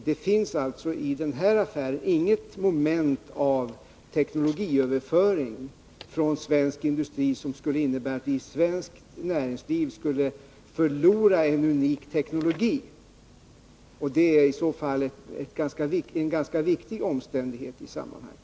I denna affär finns det inget moment av teknologiöverföring från svensk industri som skulle innebära att vi i svenskt näringsliv skulle förlora en unik teknologi. Det är en ganska viktig omständighet i sammanhanget.